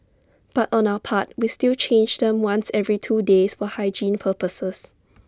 but on our part we still change them once every two days for hygiene purposes